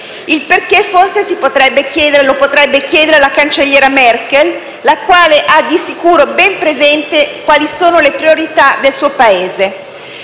Il perché forse lo potrebbe chiedere alla cancelliera Merkel, la quale ha di sicuro ben presente quali sono le priorità del suo Paese: